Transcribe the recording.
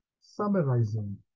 Summarizing